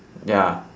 ya